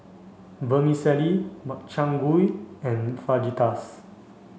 Vermicelli Makchang Gui and Fajitas